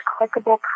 clickable